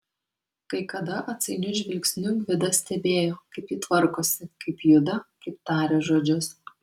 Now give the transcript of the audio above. kai kada atsainiu žvilgsniu gvidas stebėjo kaip ji tvarkosi kaip juda kaip taria žodžius